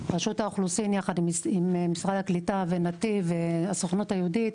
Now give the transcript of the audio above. רשות האוכלוסין יחד עם משרד הקליטה ונתיב והסוכנות היהודית